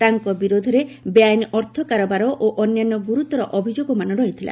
ତାଙ୍କ ବିରୋଧରେ ବେଆଇନ ଅର୍ଥ କାରବାର ଓ ଅନ୍ୟାନ୍ୟ ଗୁରୁତର ଅଭିଯୋଗମାନ ରହିଥିଲା